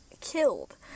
killed